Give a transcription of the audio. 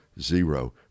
zero